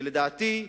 לדעתי,